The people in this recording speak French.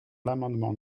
l’amendement